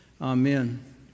amen